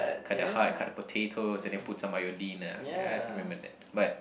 cut the heart cut the potatoes and then put some iodine ya I still remember that but